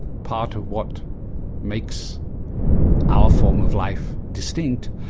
part of what makes our form of life distinct,